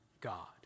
God